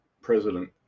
President